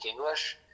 English